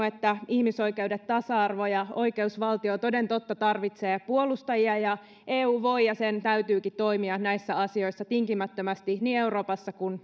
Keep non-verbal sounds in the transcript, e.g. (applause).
(unintelligible) että ihmisoikeudet tasa arvo ja oikeusvaltio toden totta tarvitsevat puolustajia ja eu voi ja sen täytyykin toimia näissä asioissa tinkimättömästi niin euroopassa kuin (unintelligible)